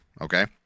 Okay